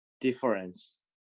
difference